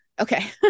okay